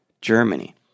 Germany